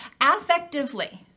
Affectively